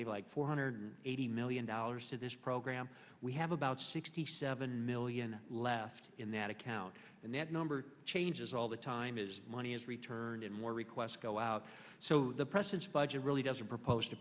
gave like four hundred eighty million dollars to this program we have about sixty seven million left in that account and that number changes all the time is money is returned and more requests go out so the president's budget really doesn't propose to